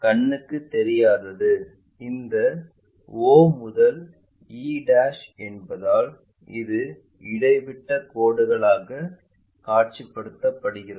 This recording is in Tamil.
கண்ணுக்குத் தெரியாதது இந்த o முதல் e என்பதால் இது இடைவிட்டக் கோடுகளாக காட்சிப்படுத்தப்படுகிறது